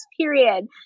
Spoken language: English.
period